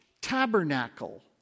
tabernacle